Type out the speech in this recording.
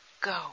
Go